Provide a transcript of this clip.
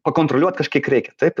pakontroliuot kažkiek reikia taip